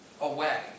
away